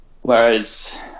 Whereas